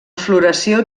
floració